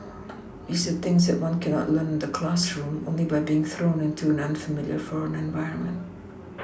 these are things that one cannot learn in the classroom only by being thrown into an unfamiliar foreign environment